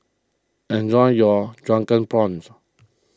enjoy your Drunken Prawns